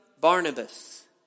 Barnabas